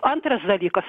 antras dalykas